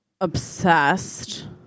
obsessed